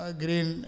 green